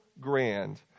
grand